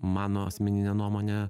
mano asmenine nuomone